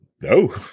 No